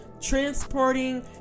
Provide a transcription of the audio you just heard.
transporting